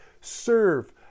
Serve